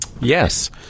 Yes